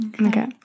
Okay